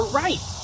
right